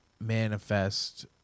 manifest